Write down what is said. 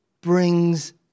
brings